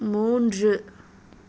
மூன்று